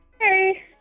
hey